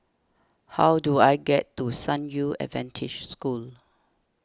how do I get to San Yu Adventist School